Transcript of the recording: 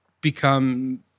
become